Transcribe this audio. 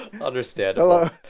Understandable